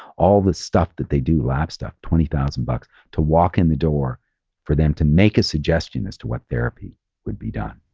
all this stuff that they do, lab stuff, twenty thousand bucks to walk in the door for them to make a suggestion as to what therapy would be done.